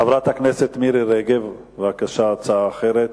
חברת הכנסת מירי רגב, בבקשה, הצעה אחרת.